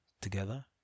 together